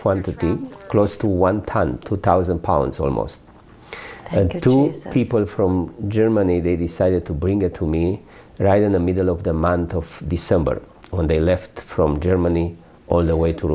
quantity close to one pound two thousand pounds almost two people from germany they decided to bring it to me right in the middle of the month of december when they left from germany all the way to